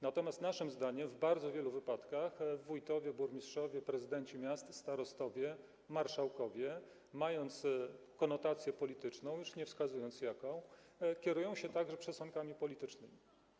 Natomiast naszym zdaniem w bardzo wielu wypadkach wójtowie, burmistrzowie, prezydenci miast, starostowie, marszałkowie mający konotację polityczną - już nie wskazując, jaką - kierują się także przesłankami politycznymi.